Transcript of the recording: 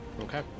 Okay